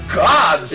god